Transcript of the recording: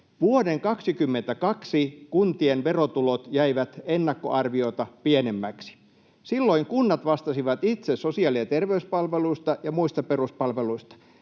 Vuoden 22 kuntien verotulot jäivät ennakkoarviota pienemmiksi. Silloin kunnat vastaisivat itse sosiaali- ja terveyspalveluista ja muista peruspalveluista.